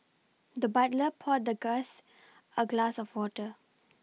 the butler poured the gass a glass of water